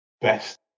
best